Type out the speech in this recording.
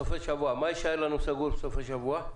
מה יישאר סגור בסופי שבוע?